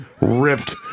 ripped